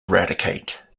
eradicate